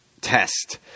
test